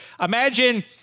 imagine